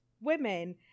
women